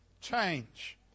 change